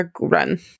run